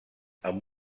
amb